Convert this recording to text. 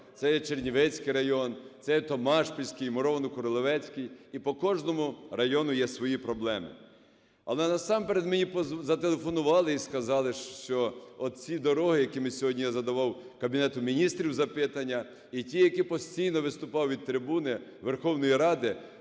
це є Чернівецький район, це є Томашпільський, Мурованокуриловецький. І по кожному районі є свої проблеми. Але насамперед мені зателефонували і сказали, що оці дороги, які я сьогодні задавав Кабінету Міністрів запитання, і ті, які постійно виступав від трибуни Верховної Ради,